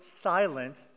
silent